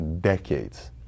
decades